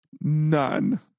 None